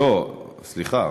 --- לא, סליחה.